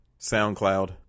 SoundCloud